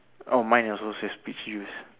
oh mine also says peach juice